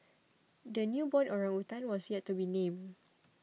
the newborn orangutan was yet to be named